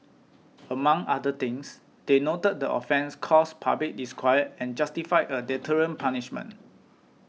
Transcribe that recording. among other things they noted the offence caused public disquiet and justified a deterrent punishment